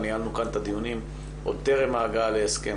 ניהלנו כאן את הדיונים עוד טרם ההגעה להסכם.